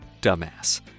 dumbass